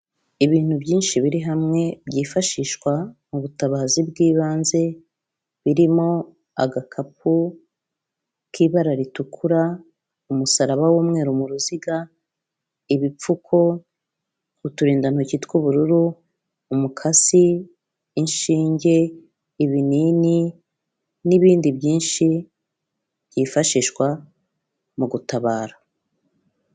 Ibintu byinshi biri hamwe byifashishwa mu butabazi bw'ibanze, birimo agakapu k'ibara ritukura, umusaraba w'umweru mu ruziga, ibipfuko, uturindantoki tw'ubururu, umukasi, inshinge, ibinini n'ibindi byinshi byifashishwa mu gutabara.